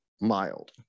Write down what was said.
mild